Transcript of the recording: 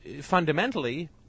fundamentally